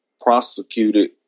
prosecuted